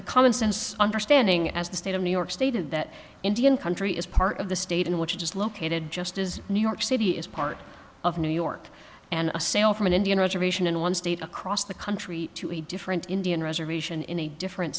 the common sense understanding as the state of new york stated that indian country is part of the state in which it is located just as new york city is part of new york and a sale from an indian reservation in one state across the country to a different indian reservation in a different